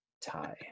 tie